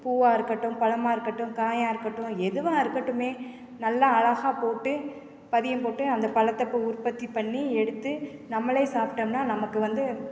பூவாக இருக்கட்டும் பழமா இருக்கட்டும் காயாக இருக்கட்டும் எதுவாக இருக்கட்டுமே நல்ல அழகா போட்டு பதியம் போட்டு அந்தப் பழத்த இப்போ உற்பத்தி பண்ணி எடுத்து நம்மளே சாப்பிட்டோம்னா நமக்கு வந்து